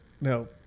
No